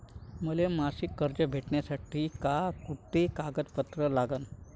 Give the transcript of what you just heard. मले मासिक कर्ज भेटासाठी का कुंते कागदपत्र लागन?